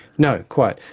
no, quite.